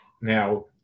Now